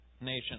nation